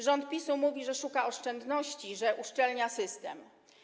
Rząd PiS-u mówi, że szuka oszczędności, że uszczelnia system.